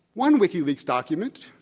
one wikileaks document,